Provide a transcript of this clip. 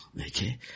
Okay